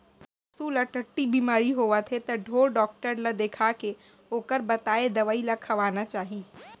पसू ल टट्टी बेमारी होवत हे त ढोर डॉक्टर ल देखाके ओकर बताए दवई ल खवाना चाही